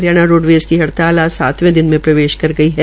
Haryana roadways की हड़ताल आज सातवें दिन में प्रवेश कर गई है